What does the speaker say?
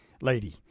lady